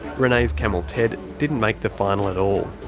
renay's camel ted. didn't make the final at all.